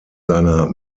seiner